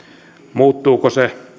muuttuuko se